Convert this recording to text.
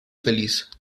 feliz